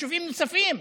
ביישובים נוספים?